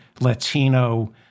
Latino